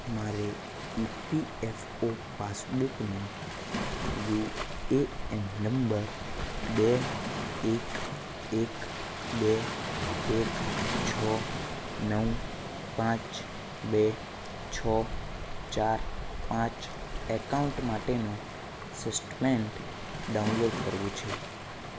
મારે E P F O પાસબુકનું U A N number બે એક એક બે એક છ નવ પાંચ બે છ ચાર પાંચ એકાઉન્ટ માટેનું સેસ્ટમેન્ટ ડાઉનલોડ કરવું છે